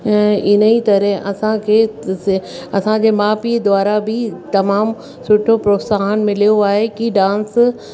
ऐं हिन ई तरह असांखे असांजे माउ पीउ द्वारा बि तमामु सुठो प्रोत्साहन मिलियो आहे कि डांस